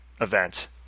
event